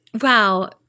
Wow